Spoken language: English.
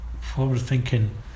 forward-thinking